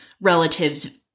relatives